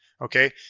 Okay